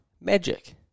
Magic